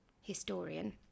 historian